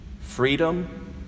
freedom